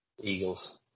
Eagles